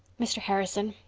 mr. harrison.